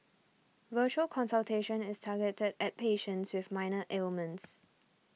virtual consultation is targeted at patients with minor ailments